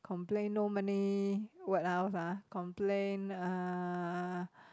complain no money what else ah complain uh